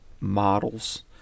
models